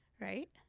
right